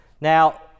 Now